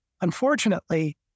Unfortunately